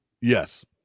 yes